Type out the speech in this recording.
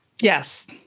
Yes